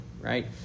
right